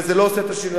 וזה לא עושה את השינוי.